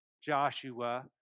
Joshua